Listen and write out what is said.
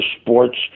sports